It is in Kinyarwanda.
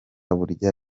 burya